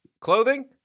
clothing